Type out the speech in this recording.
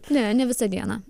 ne ne visą dieną